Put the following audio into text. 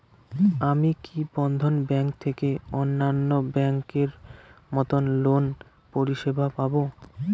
আমি কি বন্ধন ব্যাংক থেকে অন্যান্য ব্যাংক এর মতন লোনের পরিসেবা পাব?